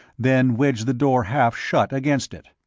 then wedged the door half-shut against it.